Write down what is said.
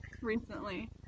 recently